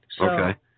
Okay